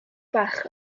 fach